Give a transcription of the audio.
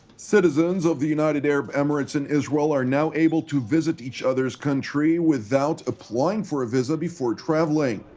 citizens of the united arab emirates and israel are now able to visit each other's country without applying for a visa before travelling.